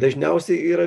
dažniausiai yra